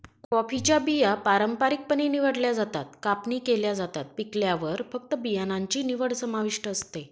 कॉफीच्या बिया पारंपारिकपणे निवडल्या जातात, कापणी केल्या जातात, पिकल्यावर फक्त बियाणांची निवड समाविष्ट असते